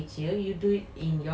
!wah!